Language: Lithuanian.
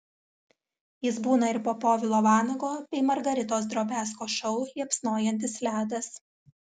jis būna ir po povilo vanago bei margaritos drobiazko šou liepsnojantis ledas